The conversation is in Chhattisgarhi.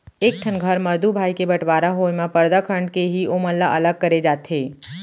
एक ठन घर म दू भाई के बँटवारा होय म परदा खंड़ के ही ओमन ल अलग करे जाथे